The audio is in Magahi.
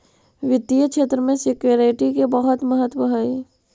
वित्तीय क्षेत्र में सिक्योरिटी के बहुत महत्व हई